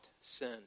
sin